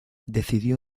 decidió